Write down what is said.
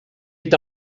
est